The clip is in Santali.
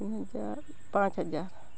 ᱛᱤᱱᱦᱟᱡᱟᱨ ᱯᱟᱸᱪᱦᱟᱡᱟᱨ